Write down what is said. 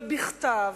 ובכתב,